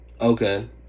Okay